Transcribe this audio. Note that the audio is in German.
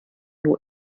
nur